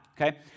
okay